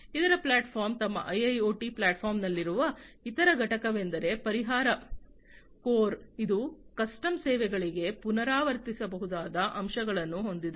ಇತರ ಪ್ಲಾಟ್ಫಾರ್ಮ್ ತಮ್ಮ ಐಐಒಟಿ ಪ್ಲಾಟ್ಫಾರ್ಮ್ನಲ್ಲಿರುವ ಇತರ ಘಟಕವೆಂದರೆ ಪರಿಹಾರ ಕೋರ್ ಇದು ಕಸ್ಟಮ್ ಸೇವೆಗಳಿಗೆ ಪುನರಾವರ್ತಿಸಬಹುದಾದ ಅಂಶಗಳನ್ನು ಹೊಂದಿದೆ